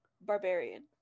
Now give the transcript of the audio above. barbarian